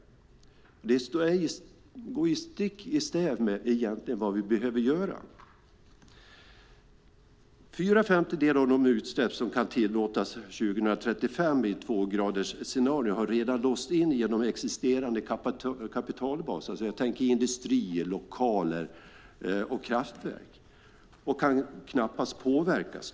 Det går egentligen stick i stäv med vad vi behöver göra. Fyra femtedelar av de utsläpp som kan tillåtas 2035 i ett tvågradersscenario har redan låsts in genom den existerande kapitalbasen - industrier, lokaler och kraftverk - och kan knappast påverkas.